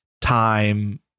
time